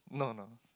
no no